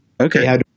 Okay